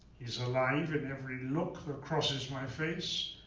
he's alive in every look that crosses my face,